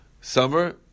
summer